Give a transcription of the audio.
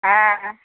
হ্যাঁ